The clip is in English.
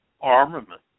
armament